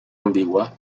ambigua